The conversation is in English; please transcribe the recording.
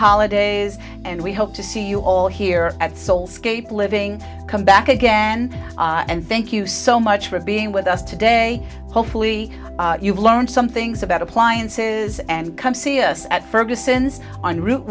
holidays and we hope to see you all here at soul scape living come back again and thank you so much for being with us today hopefully you've learned some things about appliances and come see us at ferguson's on route